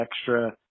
extra